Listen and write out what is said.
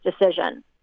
decision